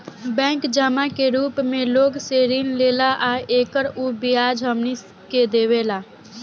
bank जमा के रूप मे लोग से ऋण लेला आ एकर उ ब्याज हमनी के देवेला